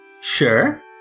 Sure